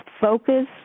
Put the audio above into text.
focus